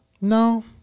No